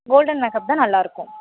golden makeup தான் நல்லா இருக்கும்